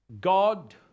God